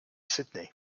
sydney